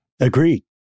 Agreed